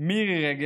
לא יכול להיות.